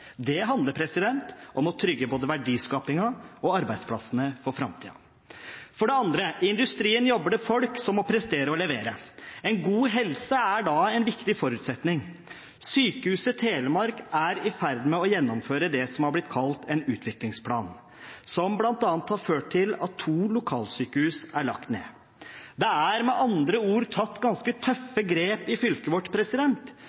Det handler om å trygge både verdiskapingen og arbeidsplassene for framtiden. For det andre: I industrien jobber det folk som må prestere og levere. En god helse er da en viktig forutsetning. Sykehuset Telemark er i ferd med å gjennomføre det som er blitt kalt en utviklingsplan, som bl.a. har ført til at to lokalsykehus er lagt ned. Det er med andre ord tatt ganske